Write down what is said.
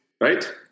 right